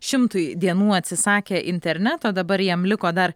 šimtui dienų atsisakė interneto dabar jam liko dar